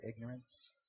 ignorance